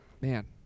man